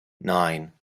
nine